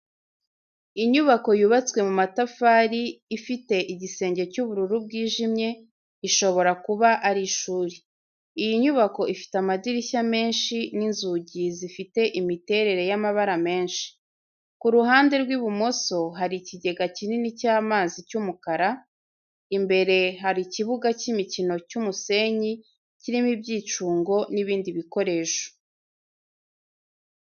Inyubako yubatswe mu ma tafari, ifite igisenge cy'ubururu bwijimye, ishobora kuba ari ishuri. Iyi nyubako ifite amadirishya menshi n'inzugi zifite imiterere y'amabara menshi. Ku ruhande rw'ibumoso hari ikigega kinini cy'amazi y'umukara. Imbere hari ikibuga cy'imikino cy'umusenyi, kirimo ibyicungo n'ibindi bikoresho.